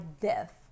death